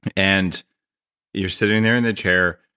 and you're sitting there in the chair,